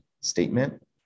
statement